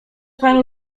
panu